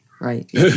right